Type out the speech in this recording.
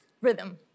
rhythm